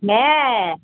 হ্যাঁ